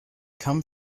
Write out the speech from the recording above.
come